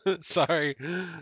Sorry